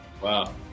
Wow